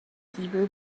hebrew